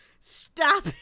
Stop